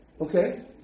Okay